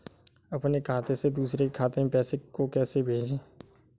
अपने खाते से दूसरे के खाते में पैसे को कैसे भेजे?